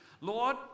Lord